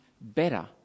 better